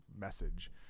message